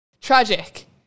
Tragic